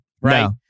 right